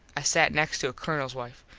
i sat next to a colonels wife.